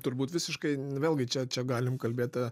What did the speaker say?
turbūt visiškai vėlgi čia čia galim kalbėti